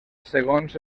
segons